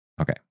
Okay